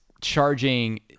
charging